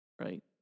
Right